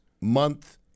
month